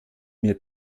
mir